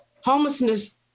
Homelessness